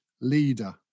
leader